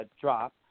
drop